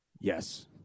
yes